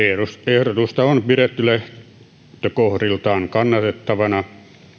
ehdotusta on pidetty lähtökohdiltaan kannatettavana